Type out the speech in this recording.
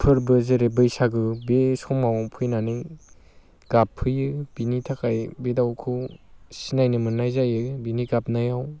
फोरबो जेरै बैसागु बे समाव फैनानै गाबफैयो बेनि थाखाय बे दाउखौ सिनायनो मोननाय जायो बेनि गाबनायाव